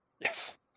Yes